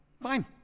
fine